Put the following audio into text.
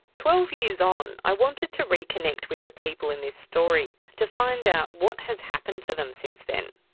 twelve years on, i wanted to reconnect with the people in this story, to find out what has happened to them since then.